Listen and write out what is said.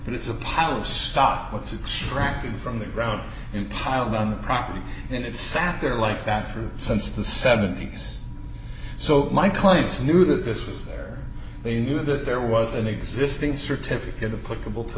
and it's a pile of stock books extracted from the ground in piled on the property and it sat there like that for since the seventy's so my clients knew that this was there they knew that there was an existing certificate to put people to